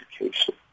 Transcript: education